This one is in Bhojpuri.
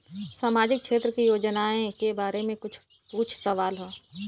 सामाजिक क्षेत्र की योजनाए के बारे में पूछ सवाल?